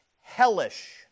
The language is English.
hellish